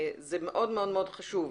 זה מאוד מאוד חשוב.